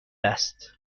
است